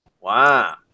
Wow